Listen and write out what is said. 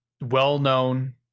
well-known